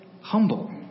humble